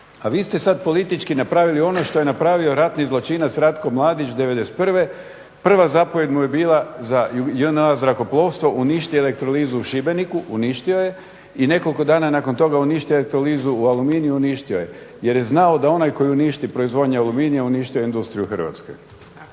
A vi ste sad politički napravili ono što je napravio ratni zločinac Ratko Mladić '91., prva zapovjed mu je bila za JNA zrakoplovstvo uništi elektrolizu u Šibeniku, uništio je i nekoliko dana nakon toga uništio je elektrolizu u aluminiju, uništio je, jer je znao da onaj tko uništi proizvodnju aluminija uništio je industriju Hrvatske.